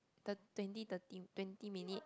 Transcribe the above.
twenty thirty twenty minute